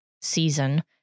season